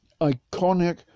iconic